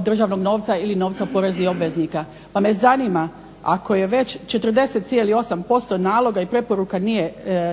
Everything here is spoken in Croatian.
državnog novca ili novca poreznih obveznika. Pa me zanima ako je već 40,8% naloga i preporuka